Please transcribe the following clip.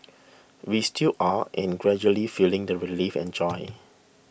we still are and gradually feeling the relief and joy